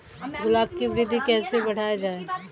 गुलाब की वृद्धि कैसे बढ़ाई जाए?